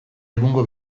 egungo